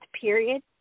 period